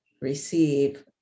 receive